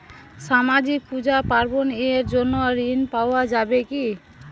সামাজিক পূজা পার্বণ এর জন্য ঋণ পাওয়া যাবে কি?